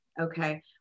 Okay